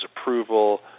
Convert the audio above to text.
approval